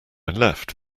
left